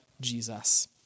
Jesus